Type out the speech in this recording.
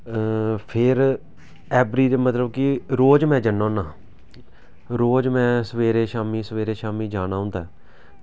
फिर एव्री मतलब कि रोज में जन्ना होन्ना रोज में सवेरे शामीं सवेरे शामीं जाना होंदा ऐ